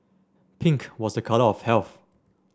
pink was a colour of health